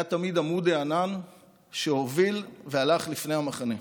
תמיד עמוד הענן שהוביל והלך לפני המחנה.